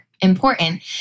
important